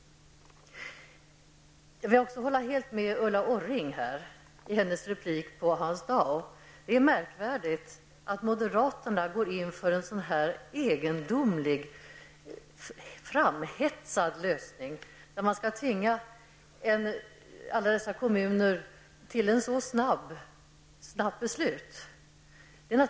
Jag håller också helt med om vad Ulla Orring sade i sin replik till Hans Dau. Det är märkvärdigt att moderaterna går in för en sådan här egendomlig, framhetsad lösning, där man skall tvinga alla dessa kommuner till ett så snabbt beslut.